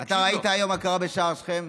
אתה ראית היום מה קרה בשער שכם?